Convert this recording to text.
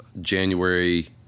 January